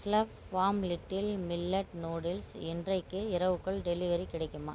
Slurrp Farm little millet noodles இன்றைக்கு இரவுக்குள் delivery கிடைக்குமா